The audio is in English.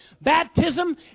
baptism